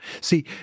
See